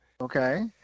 okay